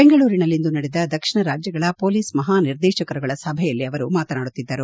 ಬೆಂಗಳೂರಿನಲ್ಲಿಂದು ನಡೆದ ದಕ್ಷಿಣ ರಾಜ್ಯಗಳ ಮೊಲೀಸ್ ಮಹಾನಿರ್ದೇಶಕರುಗಳ ಸಭೆಯಲ್ಲಿ ಅವರು ಮಾತನಾಡುತ್ತಿದ್ದರು